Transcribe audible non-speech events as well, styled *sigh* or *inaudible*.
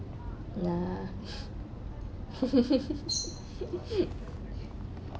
lah *laughs*